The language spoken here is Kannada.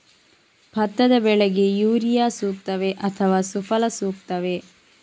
ಭತ್ತದ ಬೆಳೆಗೆ ಯೂರಿಯಾ ಸೂಕ್ತವೇ ಅಥವಾ ಸುಫಲ ಸೂಕ್ತವೇ?